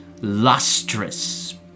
lustrous